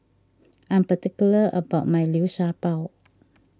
I am particular about my Liu Sha Bao